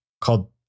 called